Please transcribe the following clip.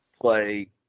play